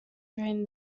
during